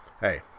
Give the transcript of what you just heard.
hey